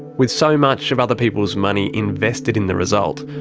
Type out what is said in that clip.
with so much of other people's money invested in the result,